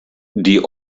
die